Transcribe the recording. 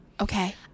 Okay